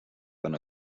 than